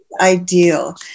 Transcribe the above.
Ideal